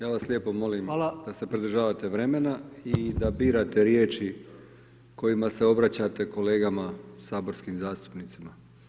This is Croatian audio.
ja vas lijepo molim da se pridržavate vremena i da birate riječi kojima se obraćate kolegama saborskim zastupnicima.